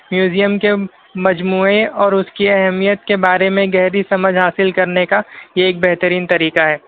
museum کے مجموعے اور اس کی اہمیت کے بارے میں گہری سمجھ حاصل کرنے کا یہ ایک بہترین طریقہ ہے